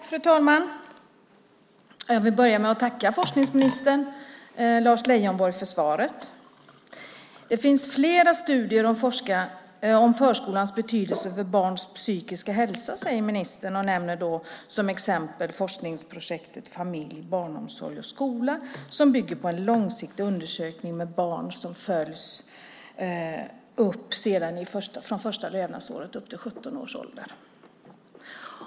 Fru talman! Jag börjar med att tacka forskningsminister Lars Leijonborg för svaret. Det finns flera studier om förskolans betydelse för barns psykiska hälsa, säger ministern och nämner som exempel forskningsprojektet Familj, barnomsorg och skola , som bygger på en långsiktig undersökning med barns som följts upp sedan de första levnadsåren och fram till 17 års ålder.